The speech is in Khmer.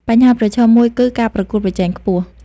បញ្ហាប្រឈមមួយគឺ ការប្រកួតប្រជែងខ្ពស់។